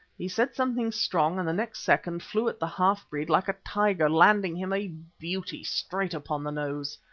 he said something strong, and the next second flew at the half-breed like a tiger, landing him a beauty straight upon the nose.